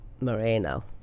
Moreno